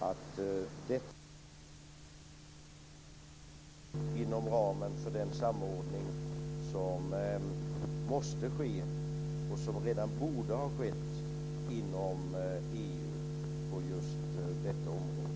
Detta måste bibringas till en annan ordning inom ramen för den samordning som måste ske och som redan borde ha skett inom EU på detta område.